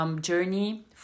journey